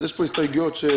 אז יש פה הסתייגויות שהגשתי